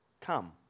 come